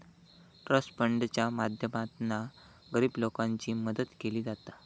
trust फंडाच्या माध्यमातना गरीब लोकांची मदत केली जाता